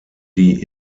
die